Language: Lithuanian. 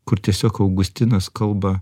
kur tiesiog augustinas kalba